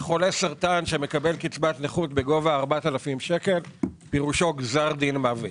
חולה סרטן שמקבל קצבת נכות בגובה 4,000 שקל פירושו גזר דין מוות.